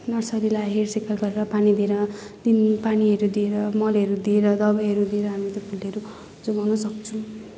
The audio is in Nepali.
नर्सरीलाई हेरसेक गरेर पानी दिएर तिन पानीहरू दिएर मलहरू दिएर दबाईहरू दिएर हामी त फुलहरू जोगाउन सक्छौँ